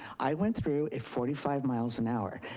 i went through at forty five miles an hour.